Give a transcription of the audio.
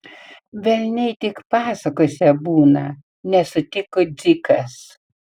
velniai tik pasakose būna nesutiko dzikas